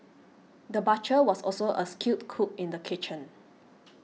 the butcher was also a skilled cook in the kitchen